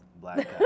Black